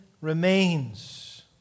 remains